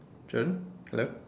June hello